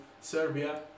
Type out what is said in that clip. serbia